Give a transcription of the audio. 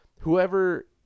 whoever